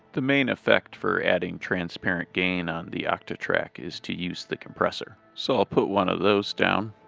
the main effect for adding transparent gain on the octatrack is to use the compressor, so i'll put one of those down,